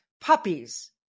puppies